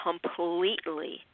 completely